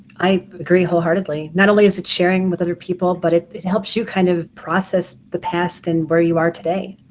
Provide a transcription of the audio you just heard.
i agree wholeheartedly. not only is it sharing with other people, but it helps you kind of process the past and where you are today.